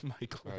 Michael